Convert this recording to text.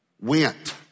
went